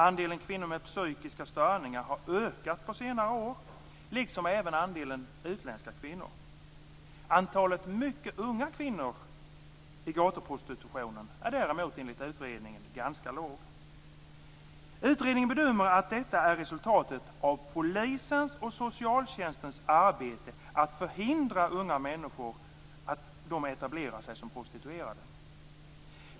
Andelen kvinnor med psykiska störningar har ökat på senare år, liksom även andelen utländska kvinnor. Antalet mycket unga kvinnor i gatuprostitutionen är däremot enligt utredningen ganska lågt. Utredningen bedömer att detta är resultatet av polisens och socialtjänstens arbete med att förhindra unga människor från att etablera sig som prostituerade.